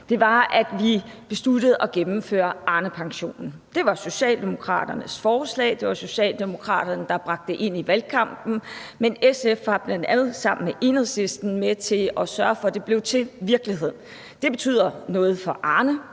var beslutningen om at gennemføre Arnepensionen. Det var Socialdemokraternes forslag. Det var Socialdemokraterne, der bragte det ind i valgkampen, men SF var bl.a. sammen med Enhedslisten med til at sørge for, at det blev til virkelighed. Det betyder noget for Arne.